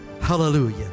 Hallelujah